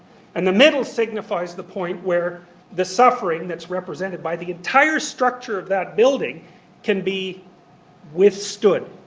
and the middle signifies the point where the suffering that's represented by the entire structure of that building can be withstood.